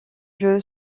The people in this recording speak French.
jeu